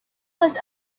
was